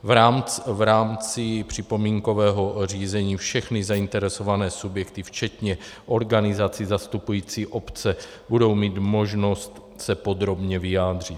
V rámci připomínkového řízení všechny zainteresované subjekty včetně organizací zastupujících obce budou mít možnost se podrobně vyjádřit.